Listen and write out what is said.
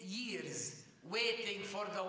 years waiting for the